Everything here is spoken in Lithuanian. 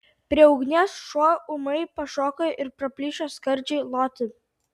prie ugnies šuo ūmai pašoko ir praplyšo skardžiai loti